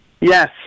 Yes